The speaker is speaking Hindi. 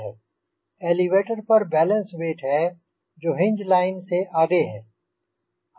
एलेवेटर पर बैलेन्स वेट है जो हिंज लाइन hinge लाइन से आगे है